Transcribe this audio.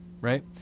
right